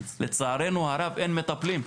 לצערנו הרב אין מטפלים.